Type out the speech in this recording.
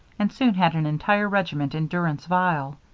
and soon had an entire regiment in durance vile.